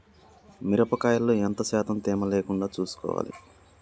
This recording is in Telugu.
మిరప కాయల్లో ఎంత శాతం తేమ లేకుండా చూసుకోవాలి?